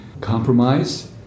compromise